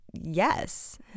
yes